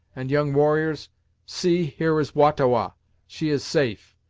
and young warriors see, here is wah-ta-wah she is safe,